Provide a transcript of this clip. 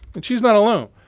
and she's not alone.